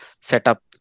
setup